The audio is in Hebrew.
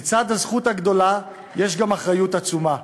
לצד הזכות הגדולה יש גם אחריות עצומה,